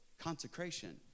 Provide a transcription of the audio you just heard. consecration